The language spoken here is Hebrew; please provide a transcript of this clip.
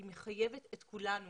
מחייבת את כולנו